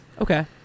Okay